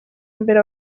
imbere